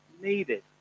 needed